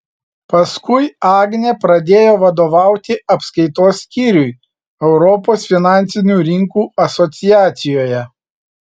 paskui agnė pradėjo vadovauti apskaitos skyriui europos finansinių rinkų asociacijoje